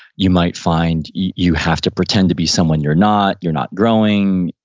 you might find you have to pretend to be someone you're not, you're not growing.